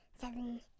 seven